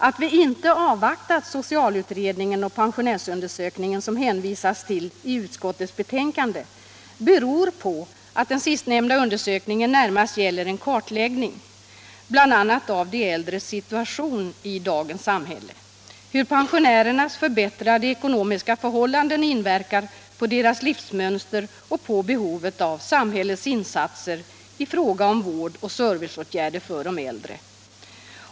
Att vi inte avvaktat socialutredningen och pensionärsundersökningen, som det hänvisas till i utskottets betänkande, beror på att den sistnämnda undersökningen närmast gäller en kartläggning, bl.a. av de äldres situation i dagens samhälle, hur pensionärernas förbättrade ekonomiska förhållanden inverkar på deras livsmönster och på behovet av samhällets insatser i fråga om vård och serviceåtgärder för de äldre.